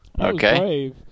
Okay